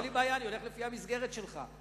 אין לי בעיה, אני הולך לפי המסגרת שלך.